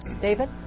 David